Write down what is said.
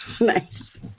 Nice